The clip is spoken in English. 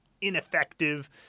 ineffective